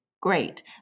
Great